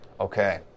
Okay